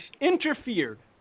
interfered